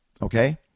Okay